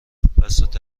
بساط